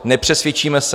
Nepřesvědčíme se.